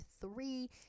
three